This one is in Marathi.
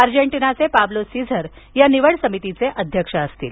अर्जेंटीनाचे पाब्लो सीजर या निवड समितीचे अध्यक्ष असतील